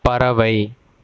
பறவை